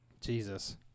Jesus